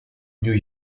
new